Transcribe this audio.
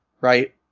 right